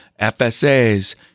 FSAs